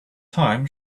time